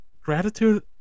gratitude